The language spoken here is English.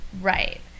Right